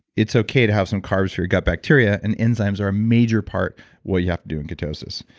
it's okay to have some carbs for your gut bacteria and enzymes are a major part what you have to do in ketosis.